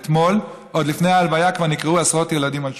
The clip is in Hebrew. אתמול עוד לפני ההלוויה כבר נקראו עשרות ילדים על שמו,